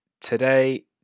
today